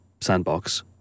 sandbox